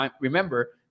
remember